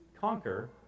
conquer